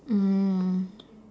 mm